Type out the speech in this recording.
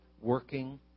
working